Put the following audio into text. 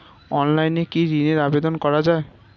অনলাইনে কি ঋনের আবেদন করা যায়?